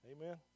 Amen